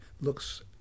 looks